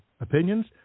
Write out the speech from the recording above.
opinions